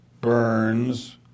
Burns